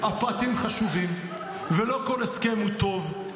הפרטים חשובים, ולא כל הסכם הוא טוב.